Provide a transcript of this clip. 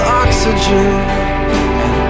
oxygen